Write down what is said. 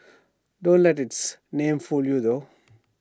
don't let its name fool you though